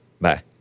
Bye